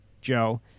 Joe